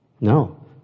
No